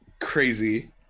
crazy